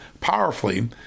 powerfully